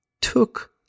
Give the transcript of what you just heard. took